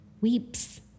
weeps